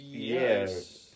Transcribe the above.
Yes